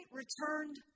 returned